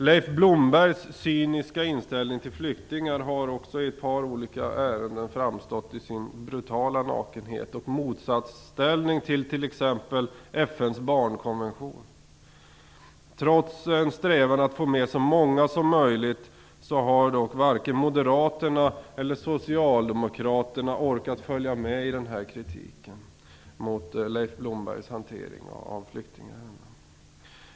Leif Blombergs cyniska inställning till flyktingar har också i ett par olika ärenden framstått i sin brutala nakenhet och motsatsställning till t.ex. FN:s barnkonvention. Trots en strävan att få med så många som möjligt har varken moderaterna eller socialdemokraterna orkat följa med i kritiken av Leif Blombergs hantering av flyktingärendena.